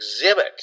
Exhibit